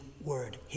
word